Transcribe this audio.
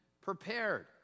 prepared